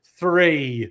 three